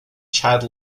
child